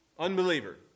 Unbeliever